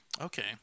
Okay